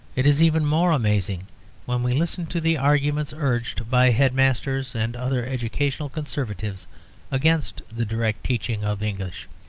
it is even more amazing when we listen to the arguments urged by headmasters and other educational conservatives against the direct teaching of english.